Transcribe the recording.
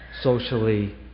socially